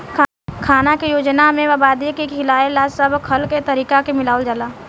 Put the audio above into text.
खाना के योजना में आबादी के खियावे ला सब खल के तरीका के मिलावल जाला